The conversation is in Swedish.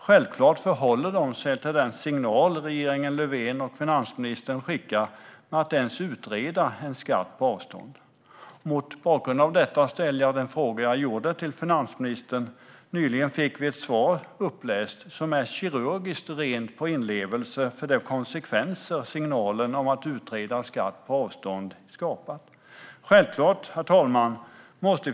De förhåller sig självklart till den signal som regeringen Löfven och finansministern skickar bara genom att utreda en skatt på avstånd. Det var mot bakgrund av detta som jag ställde frågan till finansministern. Nu fick vi ett svar som är kirurgiskt rent på inlevelse i de konsekvenser som signalen om att utreda en skatt på avstånd har skapat.